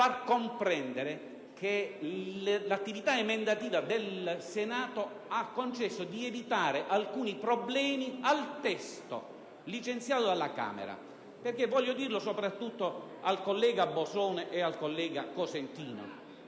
De Lillo, che l'attività emendativa del Senato ha concesso di evitare alcuni problemi al testo licenziato dalla Camera. Voglio dirlo soprattutto ai colleghi Bosone e Cosentino: